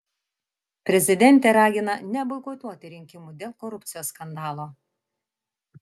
prezidentė ragina neboikotuoti rinkimų dėl korupcijos skandalo